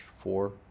four